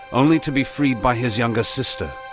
only to be freed by his younger sister.